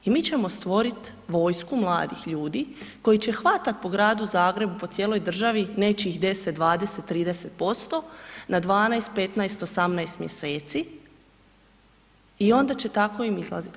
I mi ćemo stvoriti vojsku mladih ljudi koji će hvatati po gradu Zagrebu, po cijeloj državi nečijih 10, 20, 30% na 12, 15, 18 mjeseci i onda će tako im izlazit.